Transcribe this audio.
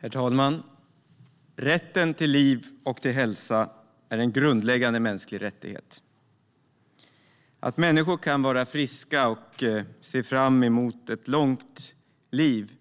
Herr talman! Rätten till liv och hälsa är en grundläggande mänsklig rättighet. Att människor kan vara friska och se fram emot ett långt liv